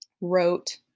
wrote